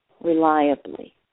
reliably